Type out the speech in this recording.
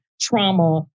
trauma